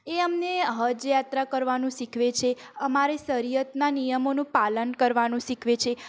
એ અમને હજ યાત્રા કરવાનું શીખવે છે અમારે સરિયતના નિયમોનું પાલન કરવાનું શીખવે છે